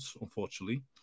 unfortunately